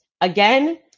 again